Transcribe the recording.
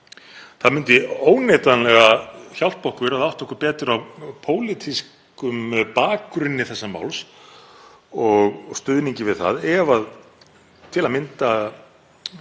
Það myndi óneitanlega hjálpa okkur að átta okkur betur á pólitískum bakgrunni þessa máls og stuðningi við það ef til að mynda